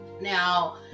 Now